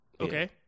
Okay